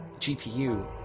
GPU